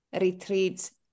retreats